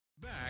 Back